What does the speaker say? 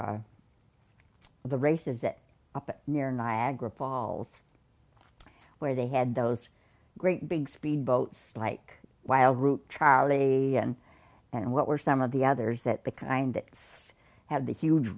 to the races that up near niagara falls where they had those great big speed boats like wild root child a and what were some of the others that the kind that had the huge